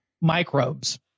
microbes